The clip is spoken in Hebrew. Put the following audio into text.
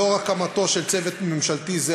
לאור הקמתו של צוות ממשלתי זה,